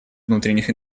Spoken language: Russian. внутренних